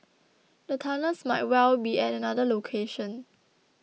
the tunnels might well be at another location